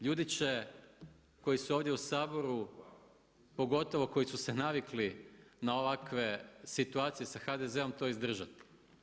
Ljudi će koji su ovdje u Saboru pogotovo koji su se navikli na ovakve situacije sa HDZ-om to izdržati.